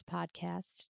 Podcast